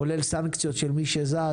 כולל סנקציות על מי שזז,